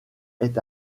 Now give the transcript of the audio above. est